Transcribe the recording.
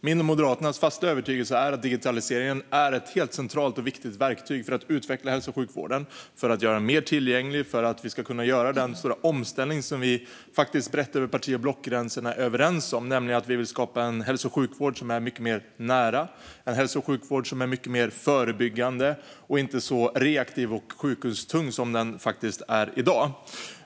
Min och Moderaternas fasta övertygelse är att digitaliseringen är ett helt centralt och viktigt verktyg för att utveckla hälso och sjukvården, göra den mer tillgänglig och göra den stora omställning som vi är överens om brett över parti och blockgränserna, nämligen att skapa en hälso och sjukvård som är mycket mer nära, mycket mer förebyggande och inte så reaktiv och sjukhustung som i dag.